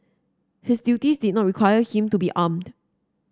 his duties did not require him to be armed